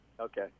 Okay